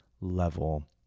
level